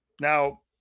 Now